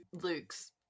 Luke's